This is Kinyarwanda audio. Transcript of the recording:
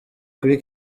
kuri